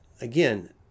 again